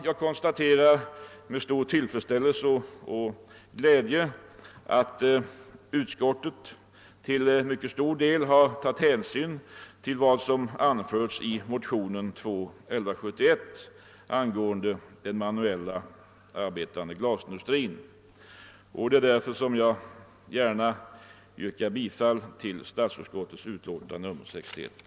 Jag konstaterar med tillfredsställelse att utskottet till mycket stor del tagit hänsyn till vad som anförs i motionen II: 1171 angående den manuellt arbetande glasindustrin, och jag ansluter mig därför gärna till utskottets hemställan i dess utlåtande nr 61.